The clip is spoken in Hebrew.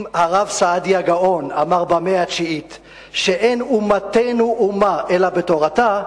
אם הרב סעדיה גאון אמר במאה התשיעית שאין אומתנו אומה אלא בתורתה,